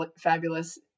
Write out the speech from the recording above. fabulous